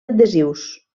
adhesius